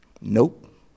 nope